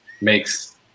makes